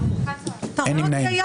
הצבעה לא אושרו.